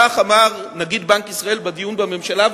כך אמר נגיד בנק ישראל בדיון בממשלה,